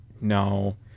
No